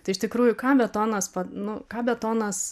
tai iš tikrųjų ką betonas nu ką betonas